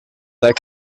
that